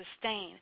sustain